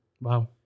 Wow